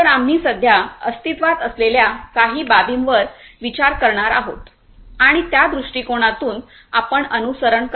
तर आम्ही सध्या अस्तित्वात असलेल्या काही बाबींवर विचार करणार आहोत आणि त्या दृष्टिकोनातून आपण अनुसरण करणार आहोत